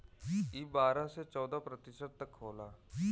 ई बारह से चौदह प्रतिशत तक होला